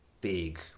big